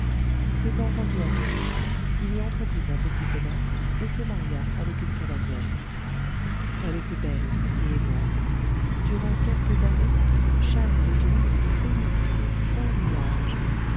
s'étant rendu à québec il y entreprit un petit commerce et se maria avec une canadienne elle était belle et aimante durant quelques années charles jouit d'une félicité sans nuages